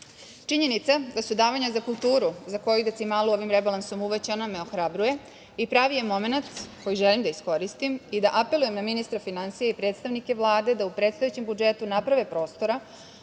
da su davanja za kulturu za koju decimalu ovim rebalansom uvećana me ohrabruje i pravi je momenat koji želim da iskoristim i da apelujem na ministra finansija i predstavnike Vlade da u predstojećem budžetu naprave prostora